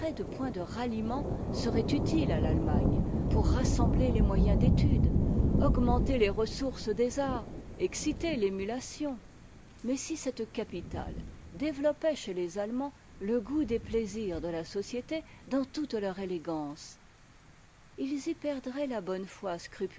de point de ralliement serait utile à l'allemagne pour rassembler les moyens d'étude augmenter les ressources des arts exciter l'émulation mais si cette capitale développait chez les allemands le goût des plaisirs de la société dans toute leur élégance ils y perdraient la bonne foi